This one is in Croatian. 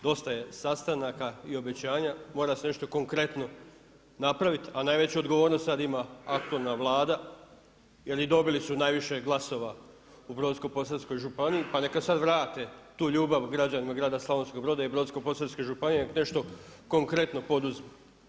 Dosta je sastanaka i obećanja, mora se nešto konkretno napraviti a najveću odgovornost sada ima aktualna Vlada jer i dobili su najviše glasova u Brodsko-posavskoj pa neka sada vrate tu ljubav građanima grada Slavonskog broda i Brodsko-posavske županije, neka nešto konkretno poduzmu.